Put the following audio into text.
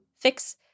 fix